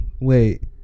Wait